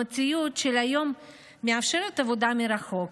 המציאות של היום מאפשרת עבודה מרחוק,